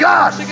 God